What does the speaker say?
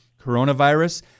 Coronavirus